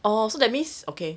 orh so that means okay